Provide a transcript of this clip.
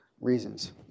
reasons